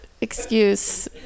excuse